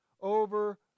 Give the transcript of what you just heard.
over